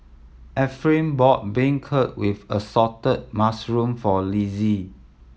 Ephraim brought beancurd with assorted mushroom for Lizzie